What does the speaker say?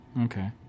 Okay